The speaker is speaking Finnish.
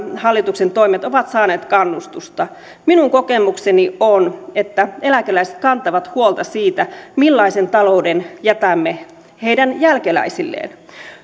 hallituksen toimet ovat saaneet kannustusta minun kokemukseni on että eläkeläiset kantavat huolta siitä millaisen talouden jätämme heidän jälkeläisilleen